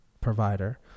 provider